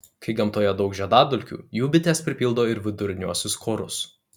kai gamtoje daug žiedadulkių jų bitės pripildo ir viduriniuosius korus